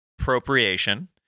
Appropriation